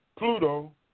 Pluto